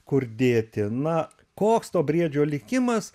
kur dėti na koks to briedžio likimas